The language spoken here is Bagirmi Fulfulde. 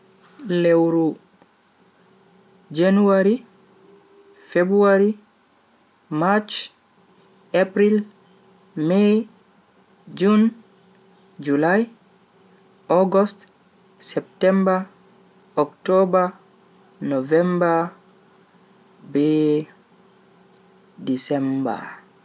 lewru january, february, march, april, may, june, july, august, septembr, october, november be december.